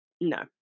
no